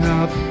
up